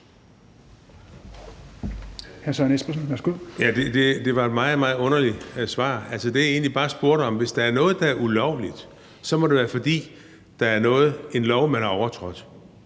Søren Espersen (DF): Det var et meget, meget underligt svar. Altså, det, jeg egentlig bare spurgte om, var: Hvis der er noget, der er ulovligt, så må det da være, fordi der er en lov, man har overtrådt.